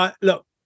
look